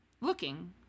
Looking